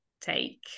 take